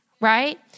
right